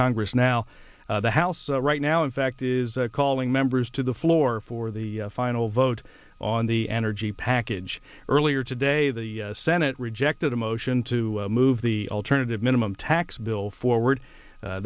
congress now the house right now in fact is calling members to the floor for the final vote on the energy package earlier today the senate rejected a motion to move the alternative minimum tax bill forward